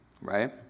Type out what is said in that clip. right